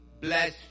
bless